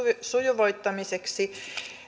sujuvoittamiseksi